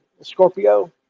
Scorpio